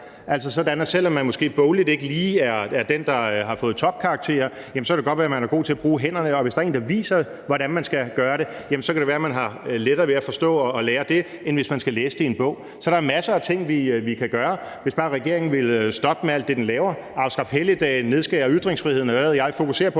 mesterlæren. Selv om man måske bogligt ikke lige er den, der har fået topkarakterer, så kan det godt være, at man er god til at bruge hænderne, og hvis der er en, der viser en, hvordan man skal gøre det, så kan det være, at man har lettere ved at forstå det og lære det, end hvis man skal læse det i en bog. Så der er masser af ting, vi kan gøre, hvis bare regeringen ville stoppe med alt det, den laver, altså at afskaffe helligdage, nedskære ytringsfriheden, og hvad ved jeg. At fokusere på